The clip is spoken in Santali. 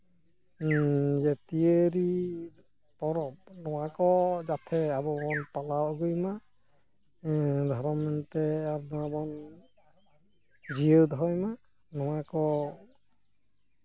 ᱡᱟᱹᱛᱤᱭᱟᱹᱨᱤ ᱯᱚᱨᱚᱵᱽ ᱱᱚᱣᱟ ᱠᱚ ᱡᱟᱛᱮ ᱟᱵᱚ ᱵᱚᱱ ᱯᱟᱞᱟᱣ ᱟᱹᱜᱩᱭᱢᱟ ᱫᱷᱚᱨᱚᱢ ᱢᱮᱱᱛᱮ ᱟᱵᱚ ᱵᱚᱱ ᱡᱤᱭᱟᱹᱣ ᱫᱚᱦᱚᱭᱢᱟ ᱱᱚᱣᱟᱠᱚ